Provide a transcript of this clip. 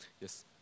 Yes